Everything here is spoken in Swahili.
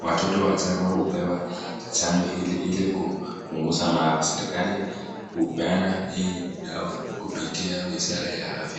Watoto wachanga hupewa chanjo hili ili kupunguza maafa. Serikali hupeana hili dawa kupitiya wizara ya afya.